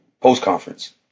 post-conference